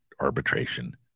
arbitration